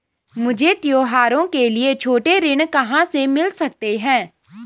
मुझे त्योहारों के लिए छोटे ऋण कहाँ से मिल सकते हैं?